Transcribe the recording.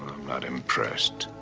not impressed.